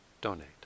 donate